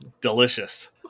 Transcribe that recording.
Delicious